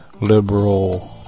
liberal